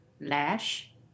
Lash